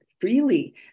freely